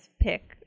pick